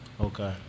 Okay